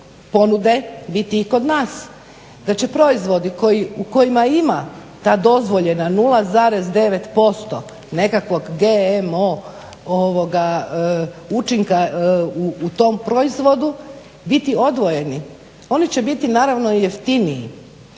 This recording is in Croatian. ponude biti i kod nas, da će proizvodi koji, u kojima ima ta dozvoljena 0,9% nekakvog GMO učinka u tom proizvodu biti odvojeni, oni će biti naravno i jeftiniji.